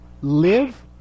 live